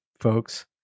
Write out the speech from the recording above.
folks